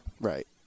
Right